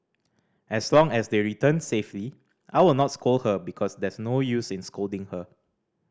as long as they return safely I will not scold her because there's no use in scolding her